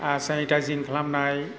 आर sanitising खालामनाय